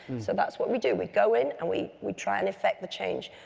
so that's what we do. we go in and we we try and affect the change.